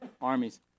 armies